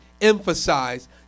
emphasize